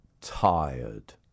tired